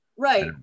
Right